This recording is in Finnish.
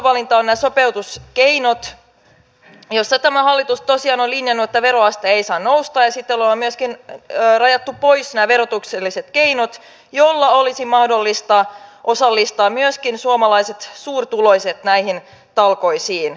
toinen arvovalinta ovat nämä sopeutuskeinot joissa tämä hallitus tosiaan on linjannut että veroaste ei saa nousta ja sitten on myöskin rajattu pois nämä verotukselliset keinot joilla olisi mahdollista osallistaa myöskin suurituloiset suomalaiset näihin talkoisiin